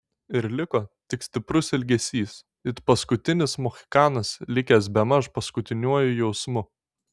ir liko tik stiprus ilgesys it paskutinis mohikanas likęs bemaž paskutiniuoju jausmu